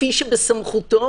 כפי שבסמכותו,